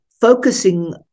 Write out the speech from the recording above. focusing